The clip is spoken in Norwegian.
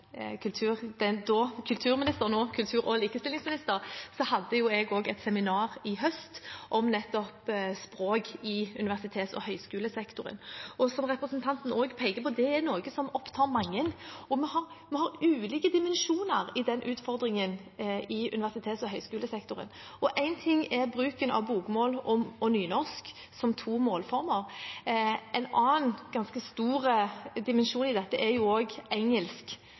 kultur- og likestillingsministeren som også har ansvaret for språkpolitikken vår, og sammen med henne hadde jeg et seminar i høst om nettopp språk i universitets- og høyskolesektoren. Som representanten også peker på, er det noe som opptar mange, og det er ulike dimensjoner i den utfordringen i universitets- og høyskolesektoren. Én ting er bruken av bokmål og nynorsk som to målformer. En annen, ganske stor, dimensjon i dette er bruken av engelsk i universitets- og